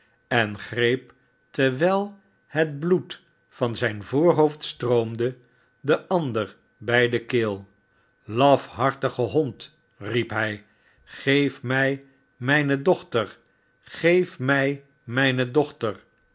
en greep terwijl het bloed van zijn oorhoofd stoomde den ander by de keel lafhartige hond riep hij geeis dochter geef mij mijne dochter